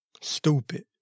Stupid